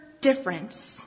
difference